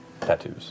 tattoos